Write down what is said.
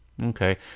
Okay